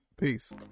peace